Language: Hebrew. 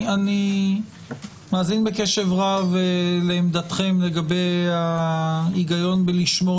אני מאזין בקשב רב לעמדתכם לגבי ההיגיון בלשמור